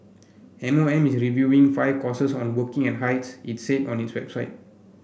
M O M is reviewing five courses on working in heights it said on its website